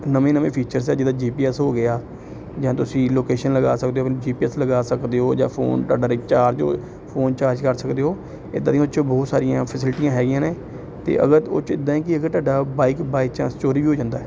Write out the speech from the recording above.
ਨਵੀਂ ਨਵੀਂ ਫੀਚਰਸ ਹੈ ਜਿੱਦਾਂ ਜੀ ਪੀ ਐਸ ਹੋ ਗਿਆ ਜਾਂ ਤੁਸੀਂ ਲੋਕੇਸ਼ਨ ਲਗਾ ਸਕਦੇ ਹੋ ਜੀ ਪੀ ਐਸ ਲਗਾ ਸਕਦੇ ਹੋ ਜਾਂ ਫੋਨ ਤੁਹਾਡਾ ਰਿਚਾਰਜ ਓ ਫੋਨ ਚਾਰਜ ਕਰ ਸਕਦੇ ਹੋ ਇੱਦਾਂ ਦੀਆਂ ਉਸ 'ਚ ਬਹੁਤ ਸਾਰੀਆਂ ਫੈਸਿਲਟੀਆਂ ਹੈਗੀਆਂ ਨੇ ਅਤੇ ਅਗਰ ਉਹ 'ਚ ਇੱਦਾਂ ਕਿ ਅਗਰ ਤੁਹਾਡਾ ਬਾਈਕ ਬਾਏ ਚਾਂਸ ਚੋਰੀ ਹੋ ਜਾਂਦਾ